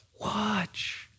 watch